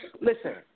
Listen